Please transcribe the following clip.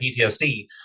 PTSD